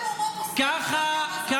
ובאים ואומרים, חברים,